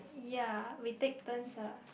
ya we take turns ah